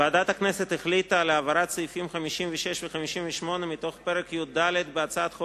ועדת הכנסת החליטה על העברת סעיפים 56 ו-58 מתוך פרק י"ד בהצעת חוק